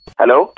hello